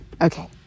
Okay